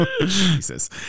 Jesus